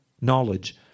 knowledge